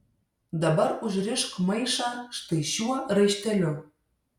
dabar užrišk maišą štai šiuo raišteliu